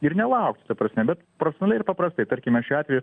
ir nelaukt ta prasme bet profesionaliai ir paprastai tarkime šiuo atveju